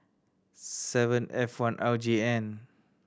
seven F one R J N